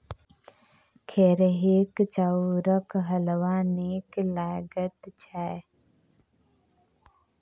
खेरहीक चाउरक हलवा नीक लगैत छै